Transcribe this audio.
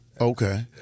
Okay